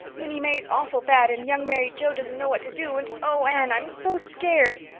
minnie may is awful bad and young mary joe doesn't know what to do and oh, anne, i'm so scared!